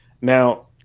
Now